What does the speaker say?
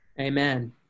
amen